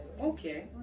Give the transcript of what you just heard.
okay